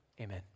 Amen